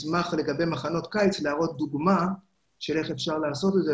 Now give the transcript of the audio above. לגבי מחנות קיץ אני אשמח להראות דוגמה של איך אפשר לעשות את זה.